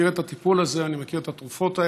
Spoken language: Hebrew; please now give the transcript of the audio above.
מכיר את הטיפול הזה, אני מכיר את התרופות האלה,